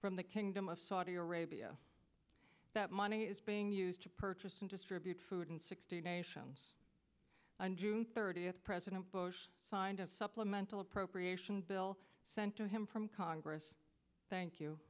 from the kingdom of saudi arabia that money is being used to purchase and distribute food in sixty nations on june thirtieth president bush signed a supplemental appropriation bill sent to him from congress thank you